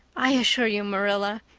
i assure you, marilla,